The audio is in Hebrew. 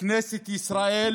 בכנסת ישראל